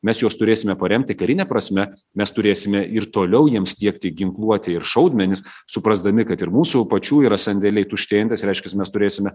mes juos turėsime paremti karine prasme mes turėsime ir toliau jiems tiekti ginkluotę ir šaudmenis suprasdami kad ir mūsų pačių yra sandėliai tuštėjantys reiškias mes turėsime